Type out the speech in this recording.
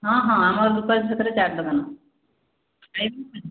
ହଁ ହଁ ଆମର ରୁପାଲୀ ଛକରେ ଚାଟ୍ ଦୋକାନ